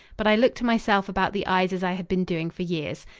but i looked to myself about the eyes as i had been doing for years.